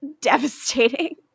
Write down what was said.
devastating